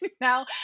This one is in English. now